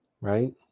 Right